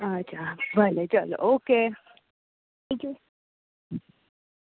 ભલે ચાલો ઓકે